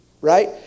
Right